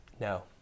no